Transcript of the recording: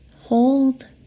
Hold